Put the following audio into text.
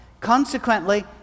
Consequently